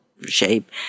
Shape